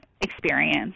experience